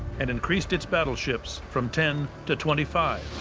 and increased its battleships from ten to twenty five,